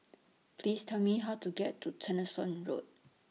Please Tell Me How to get to Tessensohn Road